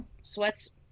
sweats